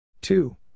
two